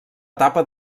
etapa